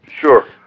Sure